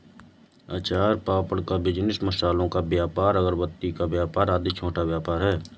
अचार पापड़ का बिजनेस, मसालों का व्यापार, अगरबत्ती का व्यापार आदि छोटा व्यापार है